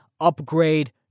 Upgrade